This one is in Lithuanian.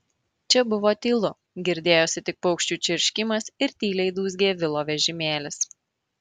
čia buvo tylu girdėjosi tik paukščių čirškimas ir tyliai dūzgė vilo vežimėlis